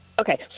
Okay